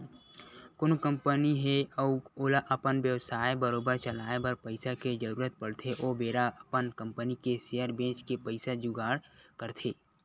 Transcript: कोनो कंपनी हे अउ ओला अपन बेवसाय बरोबर चलाए बर पइसा के जरुरत पड़थे ओ बेरा अपन कंपनी के सेयर बेंच के पइसा जुगाड़ करथे